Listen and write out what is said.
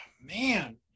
man